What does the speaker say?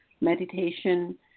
meditation